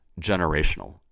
generational